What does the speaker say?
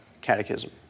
catechism